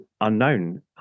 unknown